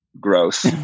gross